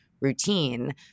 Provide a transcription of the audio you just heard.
routine